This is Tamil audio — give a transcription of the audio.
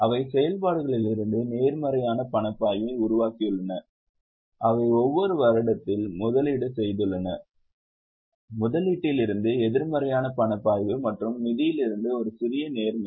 அவை செயல்பாடுகளிலிருந்து நேர்மறையான பணப்பாய்வை உருவாக்கியுள்ளன அவை ஒவ்வொரு வருடத்தில் முதலீடு செய்துள்ளன முதலீட்டிலிருந்து எதிர்மறையான பணப்பாய்வு மற்றும் நிதியிலிருந்து ஒரு சிறிய நேர்மறை